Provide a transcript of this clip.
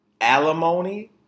alimony